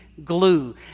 glue